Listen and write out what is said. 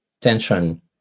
tension